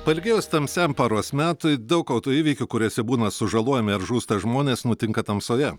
pailgėjus tamsiam paros metui daug autoįvykių kuriuose būna sužalojami ar žūsta žmonės nutinka tamsoje